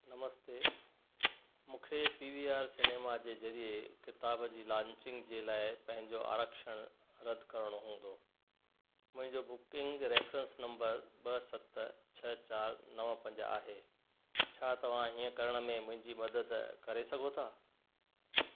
नमस्ते मूंखे P V R cinema जे ज़रिये किताब जी लांचिंग जे लाइ पंहिंजो आरक्षण रदि करिणो हूंदो मुंहिंजो बुकिंग रेफेरेंस नंबर ॿ सत छह चार नवं पंज आहे छा तव्हां हीअं करण में मुंहिंजी मदद करे सघो था